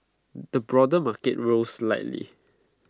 the broader market rose slightly